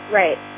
right